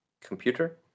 computer